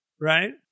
right